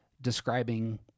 describing